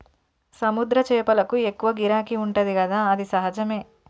సముద్ర చేపలకు ఎక్కువ గిరాకీ ఉంటది కదా అది సహజమే